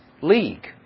league